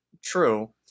True